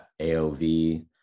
AOV